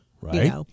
Right